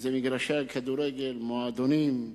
זה מגרשי הכדורגל, מועדונים,